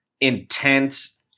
intense